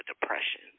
depression